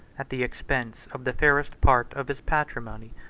at the expense of the fairest part of his patrimony,